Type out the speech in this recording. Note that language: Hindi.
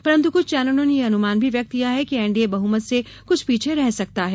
परन्तु कुछ चैनलों ने यह अनुमान भी व्यक्त किया है कि एनडीए बहुमत से कुछ पीछे रह सकता है